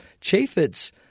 Chaffetz